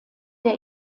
der